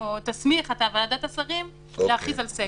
או תסמיך את ועדת השרים להכריז על סגר.